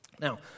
Now